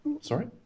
Sorry